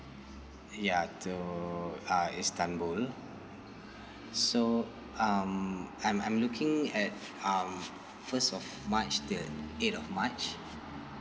ya to uh istanbul so um I'm I'm looking at um first of march till eighth of march